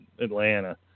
Atlanta